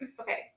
okay